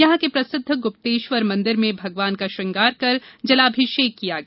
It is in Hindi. यहां के प्रसिद्ध गुप्तेश्वर मंदिर में भगवान का श्रंगार कर जलाभिषेक किया गया